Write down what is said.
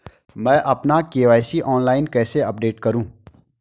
मैं अपना KYC online कैसे अपडेट करूँ?